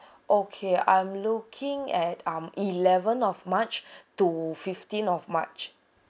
okay I'm looking at um eleven of march to fifteen of march